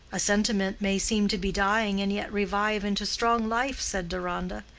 a sentiment may seem to be dying and yet revive into strong life, said deronda.